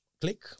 click